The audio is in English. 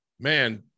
Man